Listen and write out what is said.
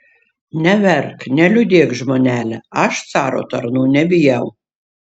neverk neliūdėk žmonele aš caro tarnų nebijau